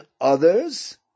others